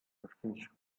refuge